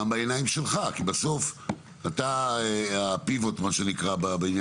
גם בעיניים שלך, כי בסוף אתה ה-pivot בעניין.